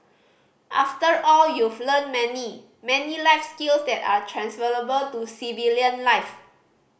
after all you've learnt many many life skills that are transferable to civilian life